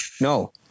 No